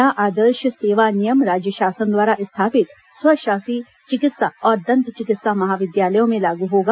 नया आदर्श सेवा नियम राज्य शासन द्वारा स्थापित स्वशासी चिकित्सा और दंत चिकित्सा महाविद्यालयों में लागू होगा